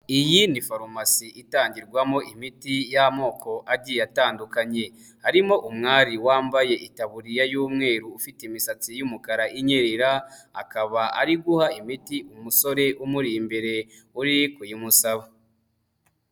Iyi ni farumasi itangirwamo imiti y'amoko agiye atandukanye, harimo umwari wambaye ikaburiya y'umweru ufite imisatsi y'umukara inyerera, akaba ari guha imiti umusore umuri imbere uri kuyimusaba.